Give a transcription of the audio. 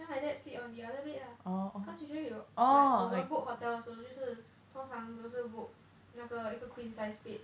then my dad sleep on the other bed lah cause usually we will like 我们 book hotel 的时候就是通常都是 book 那个一个 queen size bed